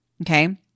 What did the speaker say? Okay